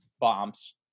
bombs